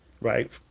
right